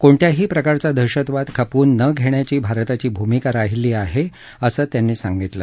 कोणत्याही प्रकारचा दहशतवाद खपवून न याची भारताची भूमिका राहिली आहे असं ते म्हणाले